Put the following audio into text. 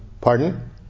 pardon